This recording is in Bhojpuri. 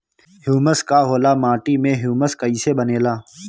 ह्यूमस का होला माटी मे ह्यूमस कइसे बनेला?